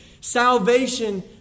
salvation